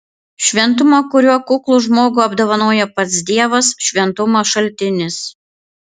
šventumo kuriuo kuklų žmogų apdovanoja pats dievas šventumo šaltinis